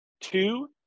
two